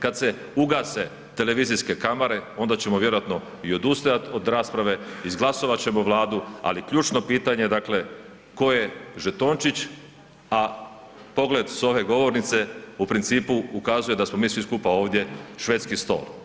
Kad se ugase televizijske kamere, onda ćemo vjerojatno i odustajati od rasprave, izglasovati ćemo Vladu, ali ključno pitanje, dakle, tko je žetončić, a pogled s ove govornice u principu ukazuje da smo mi svi skupa ovdje švedski stol.